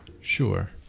sure